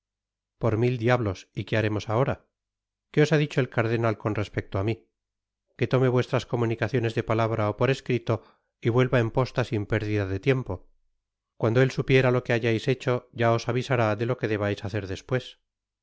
por mil diablos y qué haremos ahora qué os ha dicho el cardenal con respecto á mi que tome vuestras comunicaciones de palabra ó por escrito y vuelva en posta sin pérdida de tiempo cuando él supiera lo que hayais hecho ya os avisará de lo que debais hacer despues